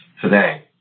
today